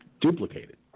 duplicated